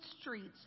streets